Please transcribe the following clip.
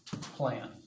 plan